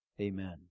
amen